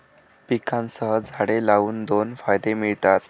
पिकांसह झाडे लावून दोन फायदे मिळतात